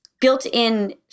built-in